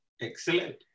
Excellent